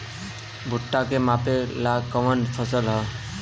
भूट्टा के मापे ला कवन फसल ह?